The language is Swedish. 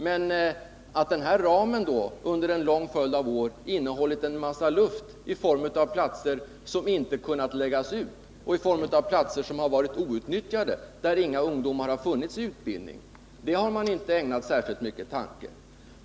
Men att denna ram under en lång följd av år innehållit en massa luft i form av platser som inte kunnat läggas ut och i form av platser som har varit outnyttjade — inga ungdomar har funnits i utbildningen — har man inte ägnat särskilt många tankar åt.